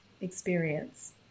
experience